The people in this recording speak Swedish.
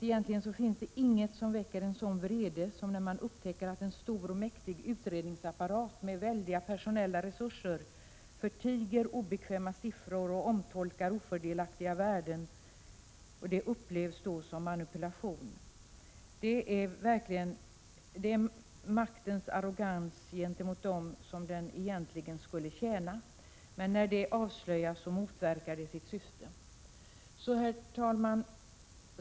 Egentligen finns det ingenting som väcker en sådan vrede som när man upptäcker att en stor och mäktig utredningsapparat med väldiga personella resurser förtiger obekväma siffror och omtolkar ofördelaktiga värden. Det upplevs som en manipulation. Det är maktens arrogans gentemot dem som den egentligen skulle tjäna. Men när det avslöjas, motverkas också syftet. Herr talman!